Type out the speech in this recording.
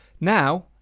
Now